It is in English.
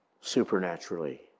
supernaturally